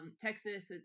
Texas